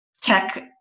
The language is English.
tech